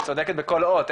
צודקת בכל אות,